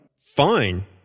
Fine